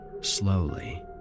slowly